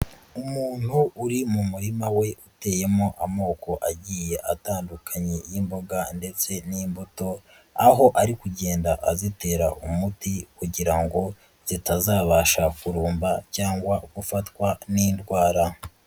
Umuntu uri mu murima we uteyemo amoko agiye atandukanye y'imboga ndetse n'imbuto, aho ari kugenda azitera umuti kugira ngo zitazabasha kurumba cyangwa gufatwa n'indwara.